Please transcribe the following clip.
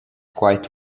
quite